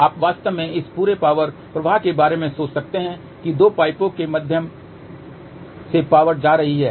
आप वास्तव में इस पूरे पावर प्रवाह के बारे में सोच सकते हैं कि दो पाइपों के माध्यम से पावर जा रही है